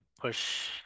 push